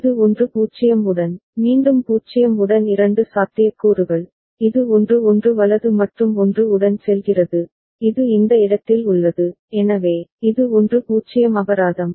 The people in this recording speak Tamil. இது 1 0 உடன் மீண்டும் 0 உடன் இரண்டு சாத்தியக்கூறுகள் இது 1 1 வலது மற்றும் 1 உடன் செல்கிறது இது இந்த இடத்தில் உள்ளது எனவே இது 1 0 அபராதம்